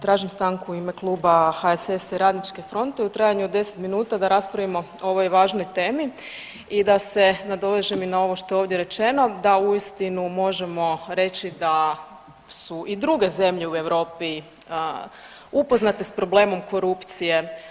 Tražim stanku u ime Kluba HSS-a i RF-a u trajanju od 10 minuta da raspravimo o ovoj važnoj temi i da se nadovežem i na ovo što je ovdje rečeno da uistinu možemo reći da su i druge zemlje u Europi upoznate s problemom korupcije.